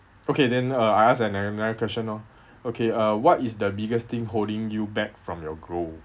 okay then uh I ask ano~ another question loh okay uh what is the biggest thing holding you back from your goal